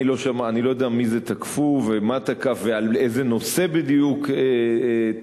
אני לא יודע מי זה תקפו ומה תקף ועל איזה נושא בדיוק תקף.